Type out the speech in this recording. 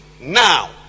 now